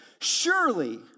Surely